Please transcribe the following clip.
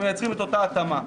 שמייצרים את אותה התאמה.